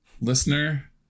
listener